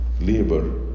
labor